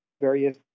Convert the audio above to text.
various